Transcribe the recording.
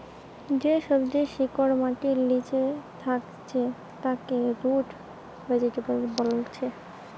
যে সবজির শিকড় মাটির লিচে থাকছে তাকে রুট ভেজিটেবল বোলছে